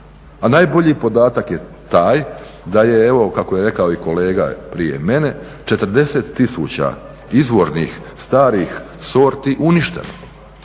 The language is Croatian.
a najbolji podatak je taj da je evo kako je rekao i kolega prije mene 40 tisuća izvornih starih sorti uništeno